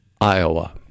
Iowa